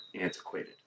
antiquated